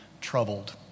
troubled